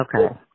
Okay